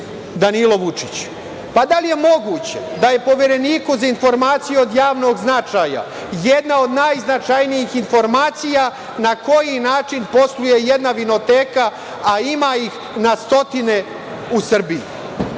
Danilo Vučić. Da li je moguće da je Povereniku za informacije od javnog značaja jedna od najznačajnijih informacija na koji način posluje jedna vinoteka a ima ih na stotine u Srbiji.